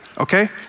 Okay